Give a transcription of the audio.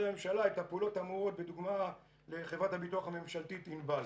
הממשלה את הפעולות האמורות בדוגמה לחברת הביטוח הממשלתית ענבל.